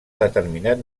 determinat